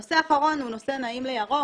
הנושא האחרון הוא נושא 'נעים לירוק',